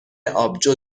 آبجو